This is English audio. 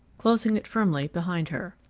closing it firmly behind her.